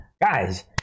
Guys